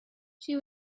she